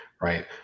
Right